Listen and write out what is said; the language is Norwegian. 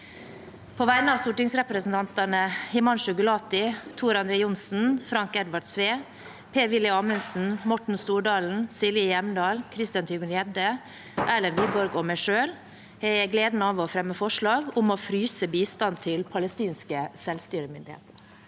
På vegne av stortingsrepresentantene Himanshu Gulati, Tor André Johnsen, Frank Edvard Sve, Per-Willy Amundsen, Morten Stordalen, Silje Hjemdal, Christian Tybring-Gjedde, Erlend Wiborg og meg selv har jeg gleden av å fremme forslag om å fryse bistand til palestinske selvstyremyndigheter.